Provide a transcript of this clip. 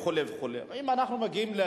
פעל ופועל בכמה מישורים,